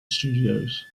studios